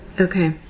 Okay